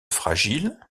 fragile